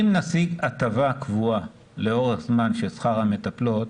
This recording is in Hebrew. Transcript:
אם נשיג הטבה קבועה לאורך זמן של שכר המטפלות,